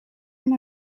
amb